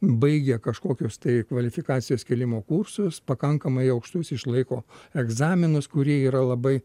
baigė kažkokius tai kvalifikacijos kėlimo kursus pakankamai aukštus išlaiko egzaminus kurie yra labai